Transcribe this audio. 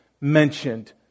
mentioned